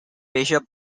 bishop